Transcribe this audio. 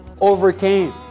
overcame